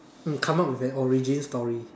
mm come up with an origin story